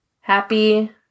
happy